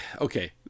Okay